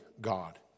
God